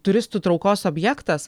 turistų traukos objektas